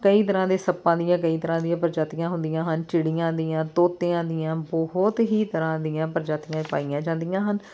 ਕਈ ਤਰ੍ਹਾਂ ਦੇ ਸੱਪਾਂ ਦੀਆਂ ਕਈ ਤਰ੍ਹਾਂ ਦੀਆਂ ਪ੍ਰਜਾਤੀਆਂ ਹੁੰਦੀਆਂ ਹਨ ਚਿੜੀਆਂ ਦੀਆਂ ਤੋਤਿਆਂ ਦੀਆਂ ਬਹੁਤ ਹੀ ਤਰ੍ਹਾਂ ਦੀਆਂ ਪ੍ਰਜਾਤੀਆਂ ਪਾਈਆਂ ਜਾਂਦੀਆਂ ਹਨ